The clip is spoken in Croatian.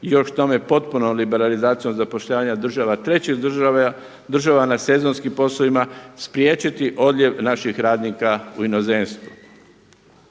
još k tome potpuno liberalizacijom zapošljavanja država trećih, država na sezonski posao ima spriječiti odlijev naših radnika u inozemstvo.